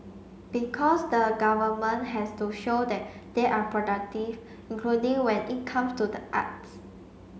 because the government has to show that they are productive including when it comes to the arts